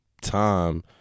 time